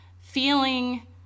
feeling